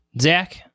Zach